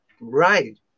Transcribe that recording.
right